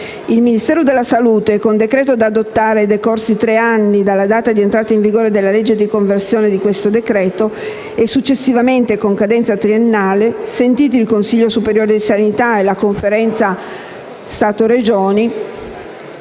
Il Ministero della salute, con decreto da adottare decorsi tre anni dalla data di entrata in vigore della legge di conversione del presente decreto-legge e, successivamente, con cadenza triennale, sentiti il Consiglio superiore di sanità e la Conferenza permanente